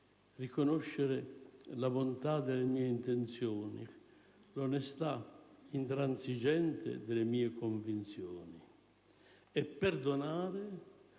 riconoscere la bontà delle mie intenzioni, l'onestà intransigente delle mie convinzioni e perdonare